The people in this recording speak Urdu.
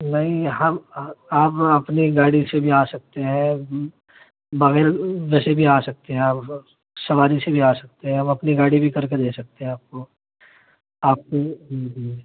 نہیں ہم آپ اپنی گاڑی سے بھی آ سکتے ہیں بغیر ویسے بھی آ سکتے ہیں آپ سواری سے بھی آ سکتے ہیں ہم اپنی گاڑی بھی کر کے دے سکتے ہیں آپ کو آپ